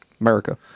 America